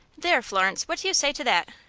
there, florence, what do you say to that?